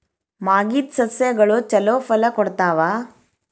ಮಾಗಿದ್ ಸಸ್ಯಗಳು ಛಲೋ ಫಲ ಕೊಡ್ತಾವಾ?